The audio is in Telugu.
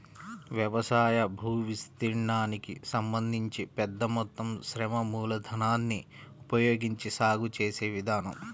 వ్యవసాయ భూవిస్తీర్ణానికి సంబంధించి పెద్ద మొత్తం శ్రమ మూలధనాన్ని ఉపయోగించి సాగు చేసే విధానం